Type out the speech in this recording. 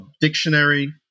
dictionary